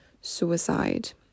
suicide